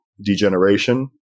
degeneration